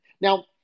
Now